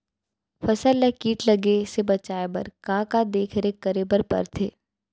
फसल ला किट लगे से बचाए बर, का का देखरेख करे बर परथे?